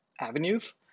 avenues